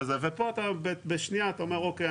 ופה בשנייה אתה אומר אוקיי,